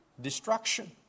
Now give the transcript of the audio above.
destruction